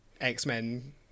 X-Men